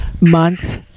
month